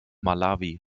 malawi